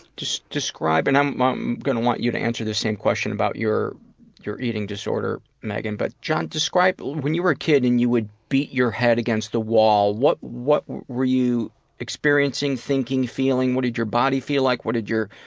describe and i'm um going to want you to answer the same question about your your eating disorder, megan, but john, describe when you were a kid and you would beat your head against the wall, what what were you experiencing, thinking, feeling, what did your body feel like, what did your